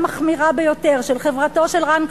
המחמירה ביותר של חברתו של רן קרול,